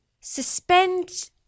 suspend